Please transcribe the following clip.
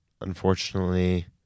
unfortunately